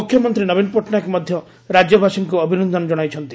ମୁଖ୍ୟମନ୍ତ୍ରୀ ନବୀନ ପଟ୍ଟନାୟକ ମଧ ରାଜ୍ୟବାସୀଙ୍କୁ ଅଭିନନ୍ଦନ ଜଣାଇଛନ୍ତି